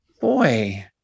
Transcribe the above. boy